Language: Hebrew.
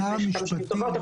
לפני כמה שנים טובות,